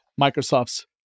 Microsoft's